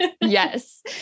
yes